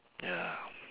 ya